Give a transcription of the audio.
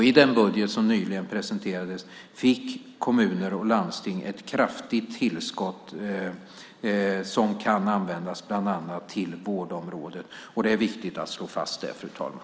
I den budget som nyligen presenterades fick kommuner och landsting ett kraftigt tillskott som kan användas bland annat till vårdområdet. Det är viktigt att slå fast, fru talman.